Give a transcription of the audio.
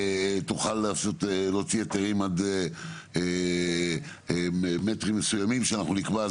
תוכל להוציא היתרים עד מטרים מסוימים שאנחנו נקבע.